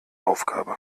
aufgabe